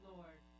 Lord